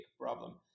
problem